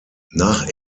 nach